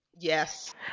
Yes